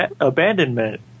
abandonment